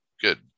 good